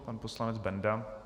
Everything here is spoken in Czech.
Pan poslanec Benda.